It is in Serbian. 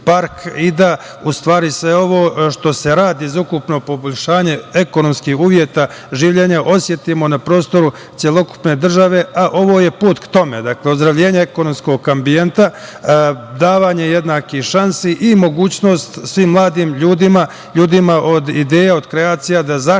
i da u stvari sve ovo što se radi za ukupno poboljšanje ekonomskih uslova življenja osetimo na prostoru celokupne države, a ovo je put ka tome. Dakle, ozdravljenje ekonomskog ambijenta, davanje jednakih šansi i mogućnost svim mladim ljudima, ljudima od ideje, od kreacija, da zaštite svoju